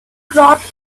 dropped